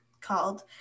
called